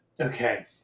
Okay